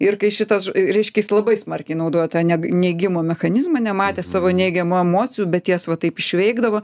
ir kai šitas reiškia jis labai smarkiai naudojo tą neg neigimo mechanizmą nematė savo neigiamų emocijų bet jas va taip išveikdavo